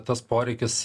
tas poreikis